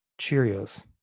cheerios